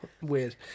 weird